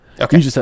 Okay